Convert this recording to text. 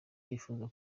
yifuza